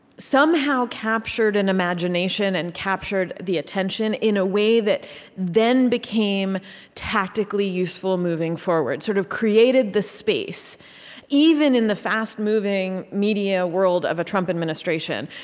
somehow captured an imagination and captured the attention in a way that then became tactically useful moving forward, sort of created the space even in the fast-moving media world of a trump administration,